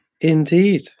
Indeed